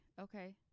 Okay